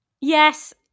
Yes